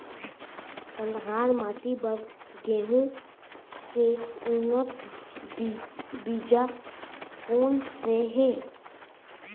कन्हार माटी बर गेहूँ के उन्नत बीजा कोन से हे?